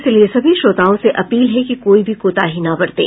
इसलिए श्रोताओं से अपील है कि कोई भी कोताही न बरतें